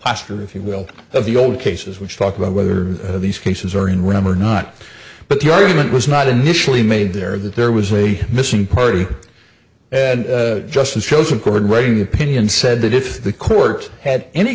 foster if you will of the old cases which talk about whether these cases are in ram or not but the argument was not initially made there that there was a missing party and just a chosen chord reading the opinion said that if the court had any